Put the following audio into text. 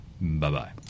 Bye-bye